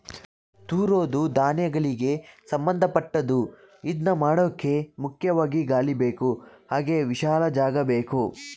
ತೂರೋದೂ ಧಾನ್ಯಗಳಿಗೆ ಸಂಭಂದಪಟ್ಟದ್ದು ಇದ್ನಮಾಡೋಕೆ ಮುಖ್ಯವಾಗಿ ಗಾಳಿಬೇಕು ಹಾಗೆ ವಿಶಾಲ ಜಾಗಬೇಕು